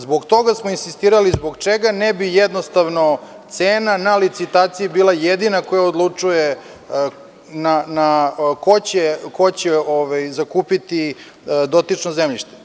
Zbog toga smo insistirali - zbog čega ne bi jednostavno cena na licitaciji bila jedina koja odlučuje ko će zakupiti dotično zemljište?